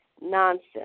Nonsense